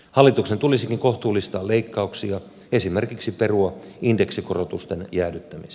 hallituksen tulisikin kohtuullistaa leikkauksia esimerkiksi perua indeksikorotusten jäädyttämiset